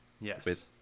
Yes